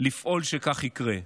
לפעול שכך יקרה.